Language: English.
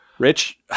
Rich